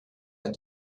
and